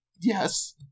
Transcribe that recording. Yes